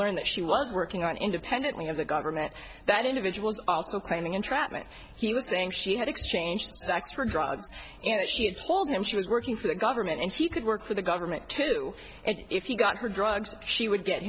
learned that she was working on independently of the government that individuals also claiming entrapment he was saying she had exchanged sex for drugs and she told him she was working for the government and she could work for the government too and if you got her drugs she would get